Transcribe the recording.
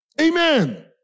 Amen